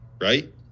right